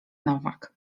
nowak